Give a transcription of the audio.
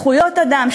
זכויות אדם,